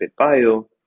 BitBio